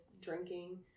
Drinking